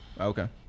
okay